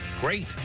Great